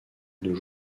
deux